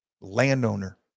landowner